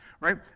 right